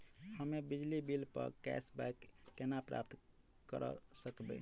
हम्मे बिजली बिल प कैशबैक केना प्राप्त करऽ सकबै?